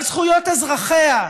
על זכויות אזרחיה.